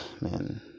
man